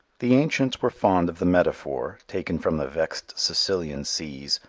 the ancients were fond of the metaphor, taken from the vexed sicilian seas,